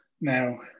now